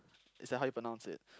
is that how you pronounce it